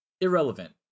irrelevant